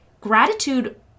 Gratitude